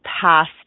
past